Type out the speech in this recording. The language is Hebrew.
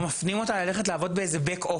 או מפנים אותה ללכת לעבוד באיזה בק אופיס.